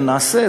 ונעשה,